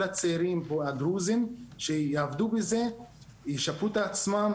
הצעירים והדרוזים שיעבדו בזה וישפרו את עצמם,